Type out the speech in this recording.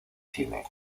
cine